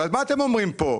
אבל, מה אתם אומרים פה?